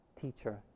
teacher